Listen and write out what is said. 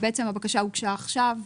ובעצם הבקשה הוגשה עכשיו,